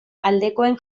aldekoen